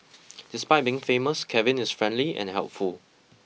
despite being famous Kevin is friendly and helpful